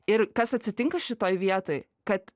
ir kas atsitinka šitoj vietoj kad